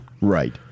Right